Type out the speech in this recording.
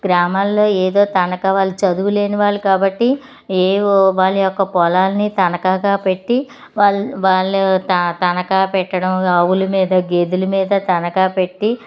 గ్రామాలలో ఏదో తనఖా వాళ్ళు చదువు లేని వాళ్ళు కాబట్టి ఏవో వాళ్ళ యొక్క పొలాల్ని తనఖాగా పెట్టి వాళ్ వాళ్ళు త తనఖా పెట్టడం ఆవుల మీద గేదెల మీద తనఖా పెట్టి